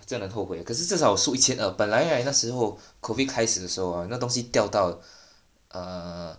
真的后悔可是至少输一千二本来 right 那时候 COVID 开始的时候 hor 那东西掉到 err